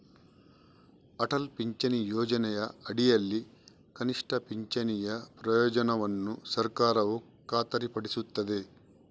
ಅಟಲ್ ಪಿಂಚಣಿ ಯೋಜನೆಯ ಅಡಿಯಲ್ಲಿ ಕನಿಷ್ಠ ಪಿಂಚಣಿಯ ಪ್ರಯೋಜನವನ್ನು ಸರ್ಕಾರವು ಖಾತರಿಪಡಿಸುತ್ತದೆ